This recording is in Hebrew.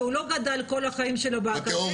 שהוא לא גדל כל החיים שלו באקדמיה.